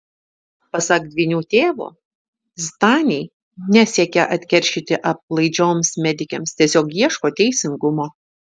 pasak dvynių tėvo zdaniai nesiekia atkeršyti aplaidžioms medikėms tiesiog ieško teisingumo